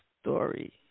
story